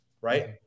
right